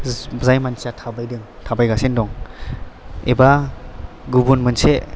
जाय मानसिया थाबायदों थाबायगासिनो दं एबा गुबुन मोनसे